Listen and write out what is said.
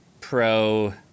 pro